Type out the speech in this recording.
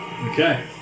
Okay